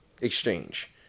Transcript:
exchange